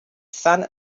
son